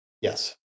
Yes